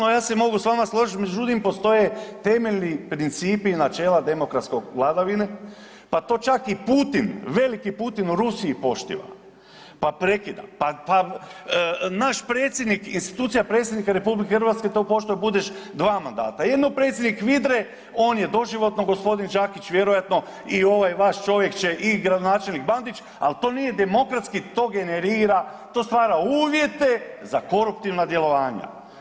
Pa načelno ja se mogu s vama složiti, međutim postoje temeljni principi i načela demokratske vladavine pa to čak i Putin, veliki Putin u Rusiji poštiva, pa prekida, pa naš predsjednik, institucija predsjednika RH to poštuje da bude 2 mandata, jedino predsjednik HVIDRE on je doživotno gospodin Đakić vjerojatno i ovaj vaš čovjek će i gradonačelnik Bandić, ali to nije demokratski to generira, to stvara uvjete za koruptivna djelovanja.